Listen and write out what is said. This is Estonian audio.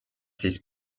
siis